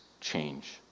change